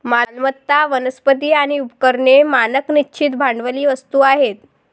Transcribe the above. मालमत्ता, वनस्पती आणि उपकरणे मानक निश्चित भांडवली वस्तू आहेत